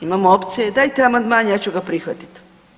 Imamo opcije dajte amandman ja ću ga prihvatiti.